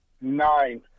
nine